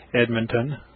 Edmonton